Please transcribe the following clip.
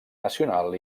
nacional